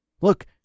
look